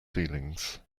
feelings